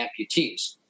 Amputees